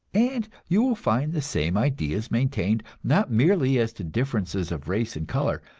and you will find the same ideas maintained, not merely as to differences of race and color,